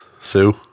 Sue